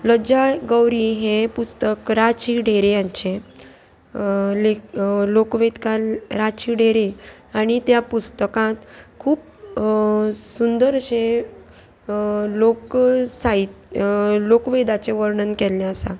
लज्जा गौरी हें पुस्तक राची डेरे हांचें लेख लोकवेदकान राची डेरे आनी त्या पुस्तकांत खूब सुंदर अशें लोक साहित्य लोकवेदाचें वर्णन केल्लें आसा